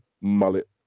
mullet